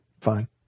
fine